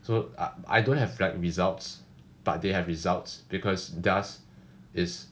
so ah I don't have like results but they have results because theirs is